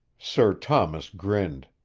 sir thomas grinned.